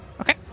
Okay